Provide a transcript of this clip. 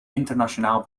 internationaal